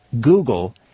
Google